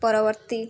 ପରବର୍ତ୍ତୀ